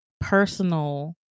personal